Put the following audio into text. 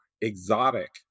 exotic